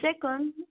second